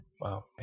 Wow